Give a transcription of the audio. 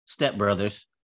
stepbrothers